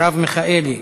מרב מיכאלי,